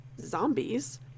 Zombies